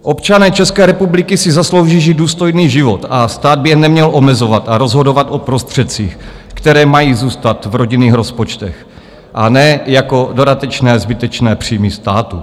Občané České republiky si zaslouží žít důstojný život a stát by je neměl omezovat a rozhodovat o prostředcích, které mají zůstat v rodinných rozpočtech, a ne jako dodatečné a zbytečné příjmy státu.